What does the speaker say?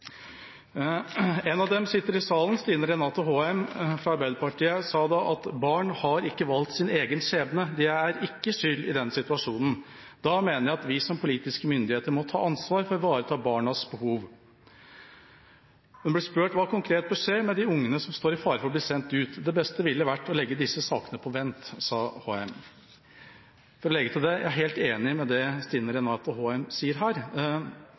En av dem, Stine Renate Håheim fra Arbeiderpartiet – hun sitter i salen – sa da: «Barna har ikke valgt sin egen skjebne. De er ikke skyld i den situasjonen. Da mener jeg at vi som politiske myndigheter må ta ansvar for å ivareta barnas behov.» Hun ble spurt om hva som «konkret bør skje med de ungene som står i fare for å bli sendt ut». «Det beste ville vært å legge disse sakene på vent,» sa representanten Håheim. Jeg vil legge til at jeg er helt enig i det Stine Renate Håheim sa her.